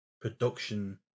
production